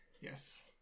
Yes